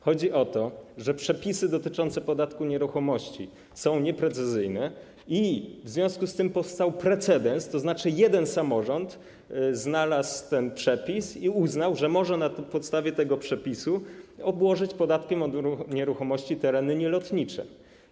Chodzi o to, że przepisy dotyczące podatku od nieruchomości są nieprecyzyjne i w związku z tym powstał precedens, tzn. jeden samorząd znalazł przepis i uznał, że może na podstawie tego przepisu obłożyć podatkiem od nieruchomości tereny nielotnicze.